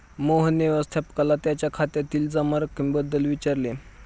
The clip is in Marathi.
मोहनने व्यवस्थापकाला त्याच्या खात्यातील जमा रक्कमेबाबत विचारले